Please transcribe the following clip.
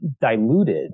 diluted